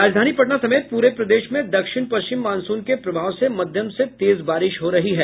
राजधानी पटना समेत पूर प्रदेश में दक्षिण पश्चिम मानसून के प्रभाव से मध्यम से तेज बारिश हो रही है